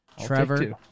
Trevor